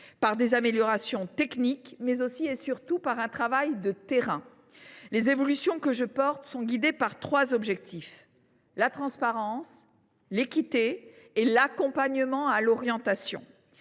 à des améliorations techniques, mais aussi, et surtout, grâce à un travail de terrain. Les évolutions que je défends visent trois objectifs : la transparence, l’équité et l’accompagnement à l’orientation,